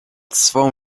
swą